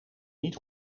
niet